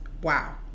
Wow